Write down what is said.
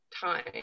time